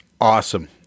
awesome